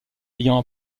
ayant